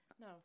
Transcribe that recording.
No